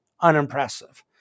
unimpressive